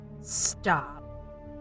stop